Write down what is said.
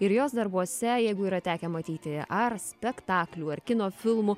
ir jos darbuose jeigu yra tekę matyti ar spektaklių ar kino filmų